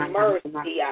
mercy